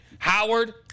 Howard